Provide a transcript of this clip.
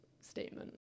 statement